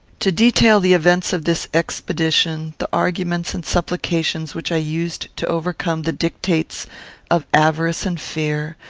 to detail the events of this expedition, the arguments and supplications which i used to overcome the dictates of avarice and fear,